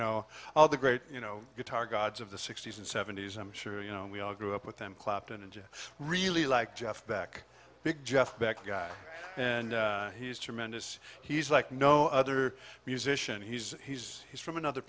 know all the great you know guitar gods of the sixty's and seventy's i'm sure you know we all grew up with him clapton and really like jeff beck big jeff beck guy and he's tremendous he's like no other musician he's he's he's from another